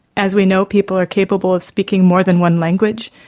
as we know, people are capable of speaking more than one language,